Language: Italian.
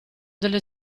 delle